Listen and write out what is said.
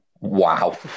Wow